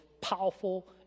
powerful